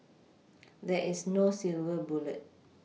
there is no silver bullet